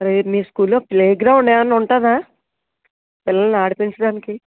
రరేపు మీ స్కూల్లో ప్లేగ్రౌండ్ ఏమన్నా ఉంటుందా పిల్లల్ని ఆడిపించడానికి